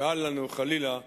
ואל לנו, חלילה,